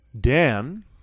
Dan